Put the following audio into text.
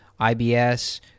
IBS